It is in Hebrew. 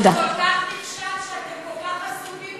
הוא כל כך נכשל שאתם כל כך עסוקים בו כל הזמן.